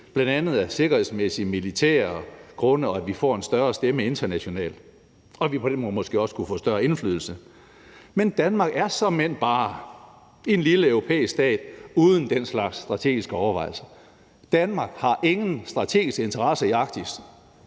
bl.a. af sikkerhedsmæssige, militære grunde, og fordi vi får en større stemme internationalt og på den måde måske også kunne få større indflydelse, men Danmark er såmænd bare en lille europæisk stat uden den slags strategiske overvejelser. Danmark har ingen strategisk interesse i Arktis